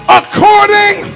according